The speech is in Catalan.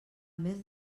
mes